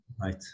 right